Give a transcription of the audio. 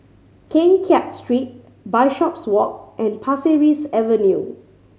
Keng Kiat Street Bishopswalk and Pasir Ris Avenue